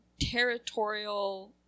territorial